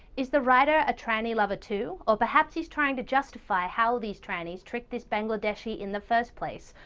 is the write r a tranny lover too? or, perhaps he's trying to justify how these trannies tricked this bangladeshi in the first place?